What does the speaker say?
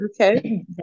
Okay